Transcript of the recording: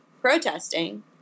Protesting